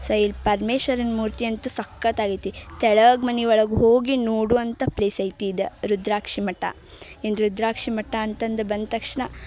so ಈ ಪರ್ಮೇಶ್ವರನ ಮೂರ್ತಿ ಅಂತೂ ಸಖತ್ತಾಗೈತಿ ಕೆಳಗೆ ಮನಿಯೊಳಗೆ ಹೋಗಿ ನೋಡುವಂಥ ಪ್ಲೇಸ್ ಐತಿ ಇದು ರುದ್ರಾಕ್ಷಿ ಮಠ ಇನ್ನು ರುದ್ರಾಕ್ಷಿ ಮಠ ಅಂತಂದು ಬಂದ ತಕ್ಷಣ